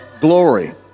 glory